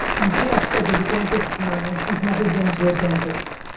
and she has to go to the dentist tomorrow and she's never been to a dentist.